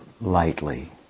lightly